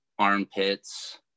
Armpits